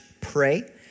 pray